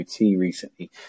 recently